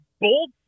bold